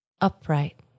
upright